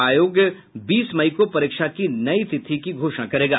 आयोग बीस मई को परीक्षा की नई तिथि की घोषणा करेगा